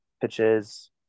pitches